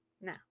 No